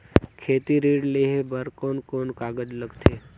खेती ऋण लेहे बार कोन कोन कागज लगथे?